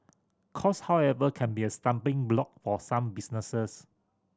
cost however can be a stumbling block for some businesses